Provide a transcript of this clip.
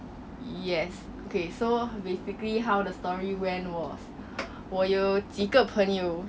yes okay so basically how the story went was 我有几个朋友